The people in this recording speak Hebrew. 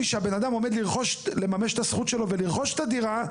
שהאדם יממש את הזכות שלו וירכוש את הדירה,